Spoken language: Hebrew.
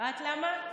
יודעת למה?